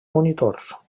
monitors